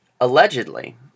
allegedly